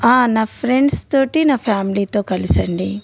నా ఫ్రెండ్స్తోటి నా ఫ్యామిలీతో కలిసి అండి